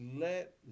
let